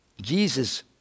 Jesus